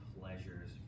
pleasures